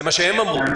זה מה שהם אמרו.